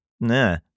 nah